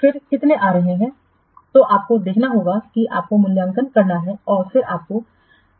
फिर कितने आ रहे हैं तो आपको देखना होगा कि आपको मूल्यांकन करना है और फिर आपको